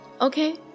Okay